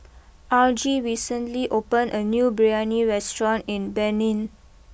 Argie recently opened a new Biryani restaurant in Benin